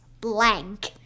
blank